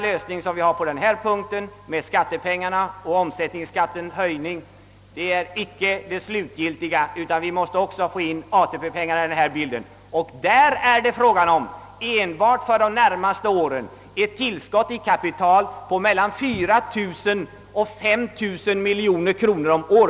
Lösningen på denna punkt, med omsättningsskattens höjning, är inte den slutgiltiga, utan vi måste också få in ATP-pengarna i bilden. Och därvidlag är det enbart för de närmaste åren fråga om ett kapitaltillskott på mellan 4 000 och 5 000 miljoner kronor per år.